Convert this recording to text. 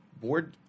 board